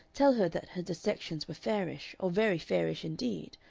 tell her that her dissections were fairish, or very fairish indeed,